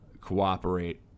cooperate